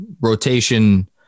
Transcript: rotation